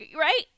Right